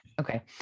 okay